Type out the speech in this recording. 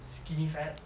skinny fat ya like it was